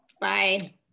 Bye